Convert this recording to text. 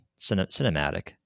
cinematic